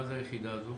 מה זו היחידה הזאת?